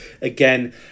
Again